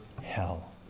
hell